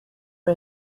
for